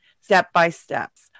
step-by-steps